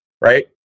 right